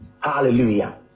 Hallelujah